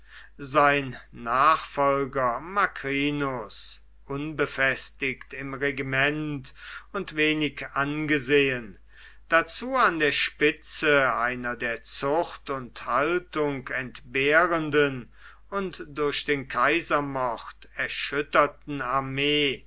sein nachfolger macrinus unbefestigt im regiment und wenig angesehen dazu an der spitze einer der zucht und haltung entbehrenden und durch den kaisermord erschütterten armee